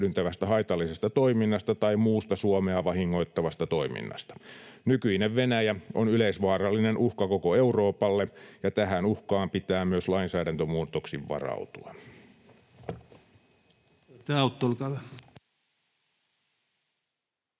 haitallisesta toiminnasta tai muusta Suomea vahingoittavasta toiminnasta. Nykyinen Venäjä on yleisvaarallinen uhka koko Euroopalle, ja tähän uhkaan pitää myös lainsäädäntömuutoksin varautua.